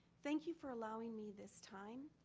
thank you for allowing me this time,